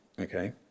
okay